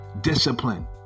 discipline